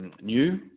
New